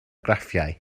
graffiau